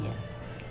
Yes